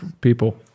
people